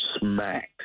smacked